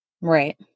Right